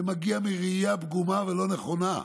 זה מגיע מראייה פגומה ולא נכונה.